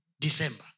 December